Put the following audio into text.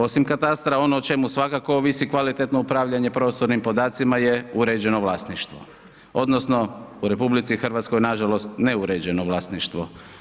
Osim katastra, ono o čemu svakako ovisi kvalitetno upravljanje prostornim podacima je uređeno vlasništvo odnosno u RH nažalost neuređeno vlasništvo.